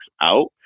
out